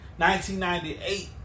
1998